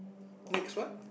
next one